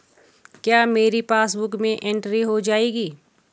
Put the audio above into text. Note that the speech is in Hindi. क्या मेरी पासबुक में एंट्री हो जाएगी?